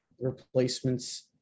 Replacements